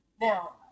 now